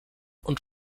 und